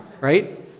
Right